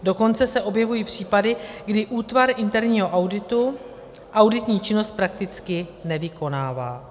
Dokonce se objevují případy, kdy útvar interního auditu auditní činnost prakticky nevykonává.